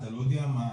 אתה לא יודע מה,